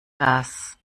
das